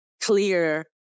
clear